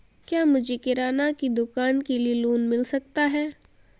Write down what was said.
क्या मुझे किराना की दुकान के लिए लोंन मिल सकता है?